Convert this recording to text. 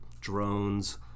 drones